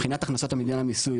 מבחינת הכנסת המדינה במיסוי,